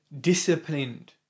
disciplined